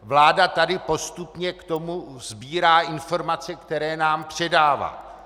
Vláda tady postupně sbírá informace, které nám předává.